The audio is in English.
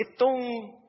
itong